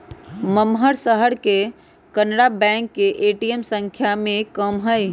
महम्मर शहर में कनारा बैंक के ए.टी.एम संख्या में कम हई